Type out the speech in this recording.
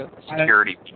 Security